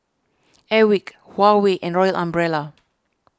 Airwick Huawei and Royal Umbrella